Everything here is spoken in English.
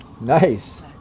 Nice